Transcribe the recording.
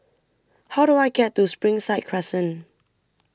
How Do I get to Springside Crescent